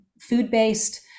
food-based